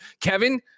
Kevin